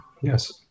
Yes